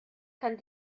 kann